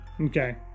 Okay